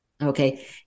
Okay